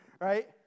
right